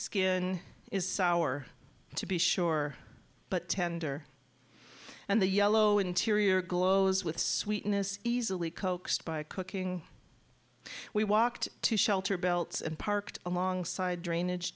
skin is sour to be sure but tender and the yellow interior glows with sweetness easily coaxed by cooking we walked to shelter belts and parked alongside drainage